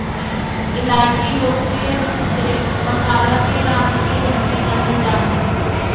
इलायची लोकप्रिय रूप से मसाला के रानी के रूप में जानल जा हइ